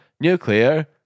Nuclear